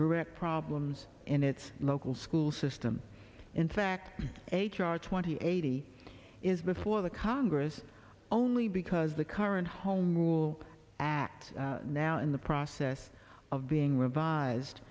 correct problems in its local school system in fact h r twenty eighty is before the congress only because the current home rule act now in the process of being revised